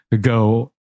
go